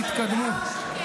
תתקדמו.